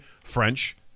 French